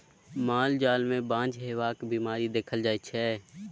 माल जाल मे बाँझ हेबाक बीमारी देखल जाइ छै